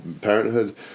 parenthood